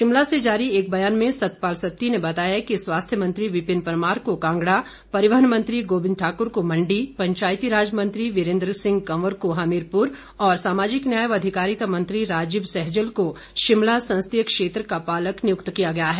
शिमला से जारी एक बयान में सतपाल सत्ती ने बताया कि स्वास्थ्य मंत्री विपिन परमार को कांगड़ा परिवहन मंत्री गोविंद ठाकुर को मंडी पंचाायती राज मंत्री वीरेन्द्र सिंह कंवर को हमीरपुर और सामाजिक न्याय व अधिकारिता मंत्री राजीव सहजल को शिमला संसदीय क्षेत्र का पालक नियुक्त किया गया है